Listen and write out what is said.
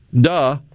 Duh